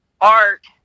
art